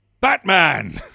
Batman